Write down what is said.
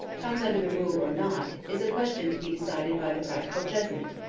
comes under the rule or not, is a question to be decided by the practical judgement,